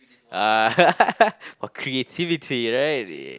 ah for creativity right